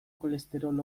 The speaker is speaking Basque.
kolesterol